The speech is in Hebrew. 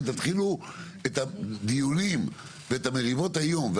תתחילו את הדיונים ואת המריבות היום.